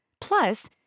Plus